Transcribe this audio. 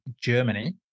Germany